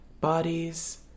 bodies